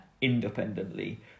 independently